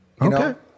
Okay